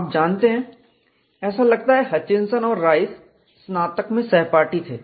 आप जानते हैं ऐसा लगता है हचिंसन और राइस स्नातक में सहपाठी थे